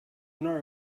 nor